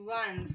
one